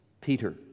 Peter